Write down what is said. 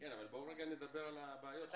כן, אבל קודם נדבר על הבעיות.